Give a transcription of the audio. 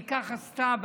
ככה סתם,